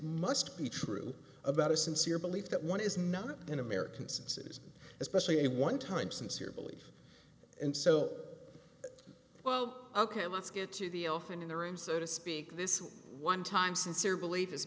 must be true about a sincere belief that one is not in american senses especially a one time sincere belief and so well ok let's get to the often in the room so to speak this one time sincere believe is